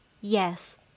Yes